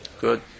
Good